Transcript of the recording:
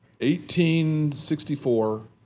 1864